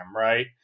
right